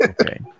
Okay